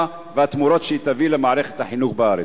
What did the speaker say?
והתמורות שהיא תביא למערכת החינוך בארץ.